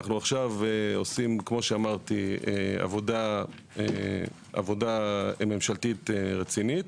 אנחנו עושים עכשיו עבודה ממשלתית רצינית.